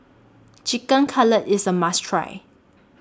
Chicken Cutlet IS A must Try